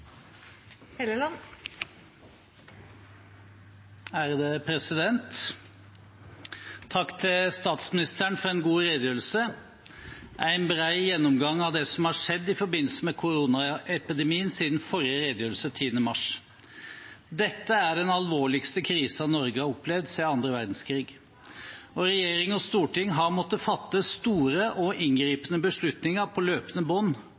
Takk til statsministeren for en god redegjørelse med en bred gjennomgang av det som har skjedd i forbindelse med koronapandemien siden forrige redegjørelse 10. mars. Dette er den alvorligste krisen Norge har opplevd siden annen verdenskrig, og regjering og storting har måttet fatte store og inngripende beslutninger på løpende bånd,